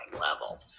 level